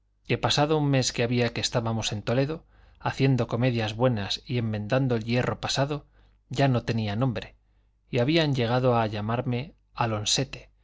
que pasado un mes que había que estábamos en toledo haciendo comedias buenas y enmendando el yerro pasado ya yo tenía nombre y habían llegado a llamarme